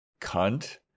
cunt